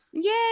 Yay